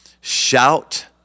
Shout